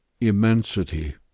Immensity